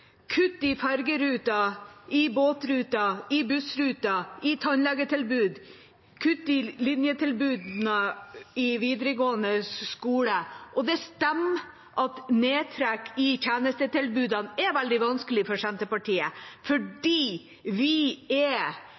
kutt i ferjeruter, i båtruter, i bussruter, i tannlegetilbud, kutt i linjetilbudene i videregående skole. Og det stemmer at nedtrekk i tjenestetilbudene er veldig vanskelig for Senterpartiet, fordi vi er